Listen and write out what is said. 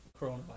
coronavirus